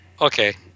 Okay